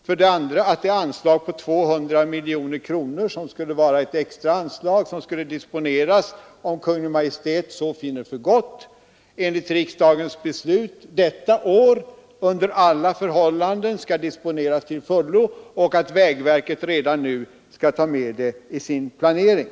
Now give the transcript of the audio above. För det andra har vi sagt att det anslag på 200 miljoner som avsågs vara ett extra anslag, vilket skulle disponeras om Kungl. Maj:t så finner för gott, enligt riksdagens beslut detta år under alla förhållanden skall disponeras till fullo och att vägverket redan nu skall ta med det i sin planering.